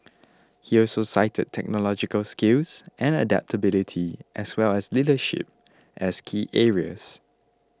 he also cited technological skills and adaptability as well as leadership as key areas